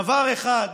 על דבר אחד